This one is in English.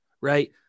right